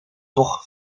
toch